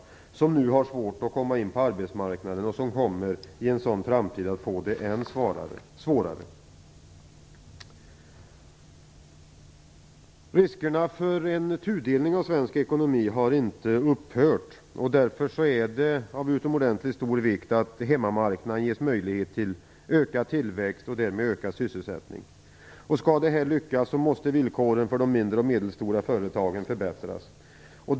Dessa har det nu svårt att komma in på arbetsmarknaden, och i en sådan framtid kommer de att få det än svårare. Riskerna för en tudelning av svensk ekonomi har inte upphört. Därför är det av utomordentligt stor vikt att hemmamarknaden ges möjlighet till ökad tillväxt och därmed ökad sysselsättning. Skall det här lyckas måste villkoren för de mindre och medelstora företagen förbättras.